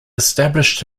established